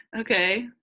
Okay